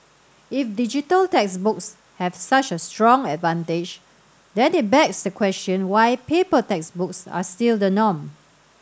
if digital textbooks have such a strong advantage then it begs the question why paper textbooks are still the norm